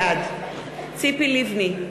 בעד ציפי לבני,